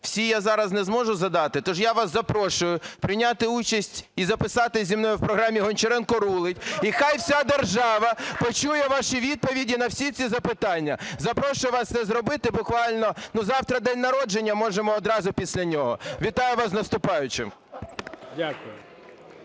всі я зараз не зможу задати, тож я вас запрошую прийняти участь і записатися зі мною в програмі "Гончаренко рулить". І хай вся держава почує ваші відповіді на всі ці запитання. Запрошую вас це зробити буквально, ну, завтра день народження, можемо одразу після нього. Вітаю вас з наступаючим!